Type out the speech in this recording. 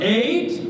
eight